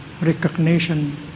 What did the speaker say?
recognition